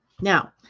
Now